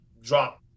drop